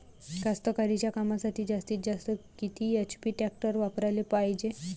कास्तकारीच्या कामासाठी जास्तीत जास्त किती एच.पी टॅक्टर वापराले पायजे?